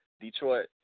Detroit